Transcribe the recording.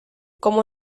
como